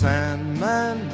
Sandman